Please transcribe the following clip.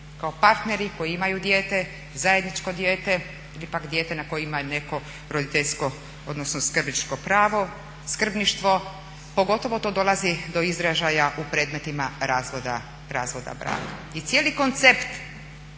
kao partneri koji imaju dijete, zajedničko dijete, ili pak dijete na koje ima neko roditeljsko, odnosno skrbničko pravo, skrbništvo, pogotovo to dolazi do izražaja u predmetima razvoda braka. I cijeli koncept